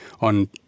on